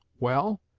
well,